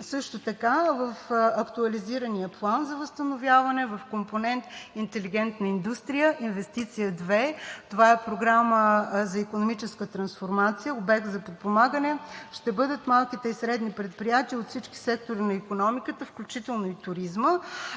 Също така в актуализирания План за възстановяване в компонент „Интелигентна индустрия“, Инвестиция 2: „Програма за икономическа трансформация“, обект за подпомагане ще бъдат малките и средните предприятия от всички сектори на икономиката, включително и туризма,